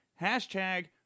Hashtag